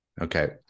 Okay